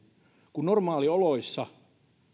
kun normaalioloissa